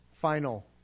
final